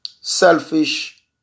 selfish